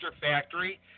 Factory